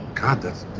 god, that's,